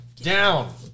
down